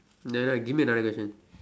nevermind give me another question